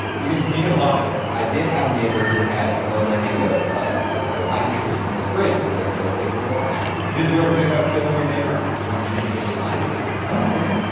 you you can lop those. i did have a neighbor who had an overhang of ah like a lime tree, and it was great because i could go pick a little lime. did you ever think about killing your neighbor? when he didn't give me limes, yeah. oh, okay,